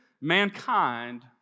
mankind